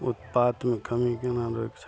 उत्पादमे कमी केना रोकै छै